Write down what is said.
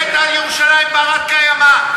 ואת ירושלים בת-הקיימא,